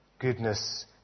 Goodness